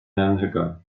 anhygoel